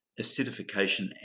acidification